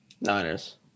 Niners